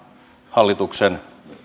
hallituksen